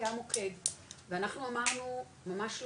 היה מוקד ואנחנו אמרנו ממש לא,